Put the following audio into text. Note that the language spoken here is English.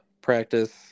practice